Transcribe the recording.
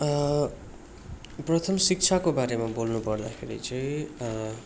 प्रथम शिक्षाको बारेमा बोल्नु पर्दाखेरि चाहिँ